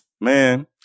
Man